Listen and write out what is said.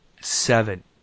seven